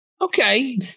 Okay